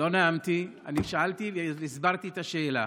לא נאמתי, אני שאלתי והסברתי את השאלה.